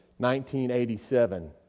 1987